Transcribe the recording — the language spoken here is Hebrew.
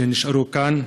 שנשארו כאן,